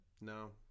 No